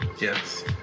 Yes